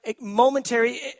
momentary